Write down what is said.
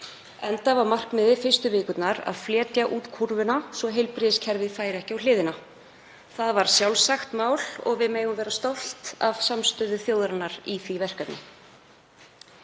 enda var markmiðið fyrstu vikurnar að fletja út kúrfuna svo að heilbrigðiskerfið færi ekki á hliðina. Það var sjálfsagt mál og við megum vera stolt af samstöðu þjóðarinnar í því verkefni.